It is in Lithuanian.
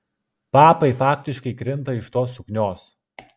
papai faktiškai krinta iš tos suknios